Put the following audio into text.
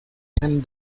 and